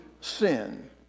sin